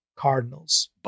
Cardinals